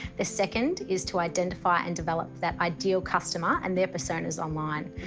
the second is to identify and develop that ideal customer, and their personas online.